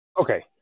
Okay